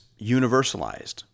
universalized